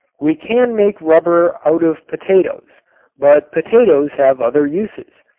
we can make rubber out of potatoes but potatoes have other uses.